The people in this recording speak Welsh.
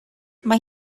mae